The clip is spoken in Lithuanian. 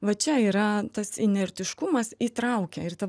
va čia yra tas inertiškumas įtraukia ir ta